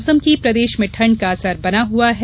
मौसम प्रदेश में ठण्ड का असर बना हुआ है